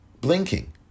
Blinking